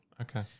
Okay